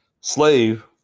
slave